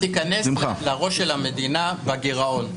תיכנס לראש של המדינה בגירעון.